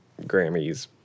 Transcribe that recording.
Grammys